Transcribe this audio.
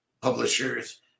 publishers